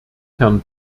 herrn